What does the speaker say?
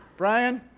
brian.